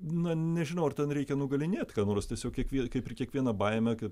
na nežinau ar ten reikia nugalinėt ką nors tiesiog kiekvie kaip ir kiekvieną baimę kaip